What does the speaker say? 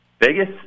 Vegas